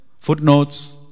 footnotes